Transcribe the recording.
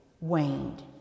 waned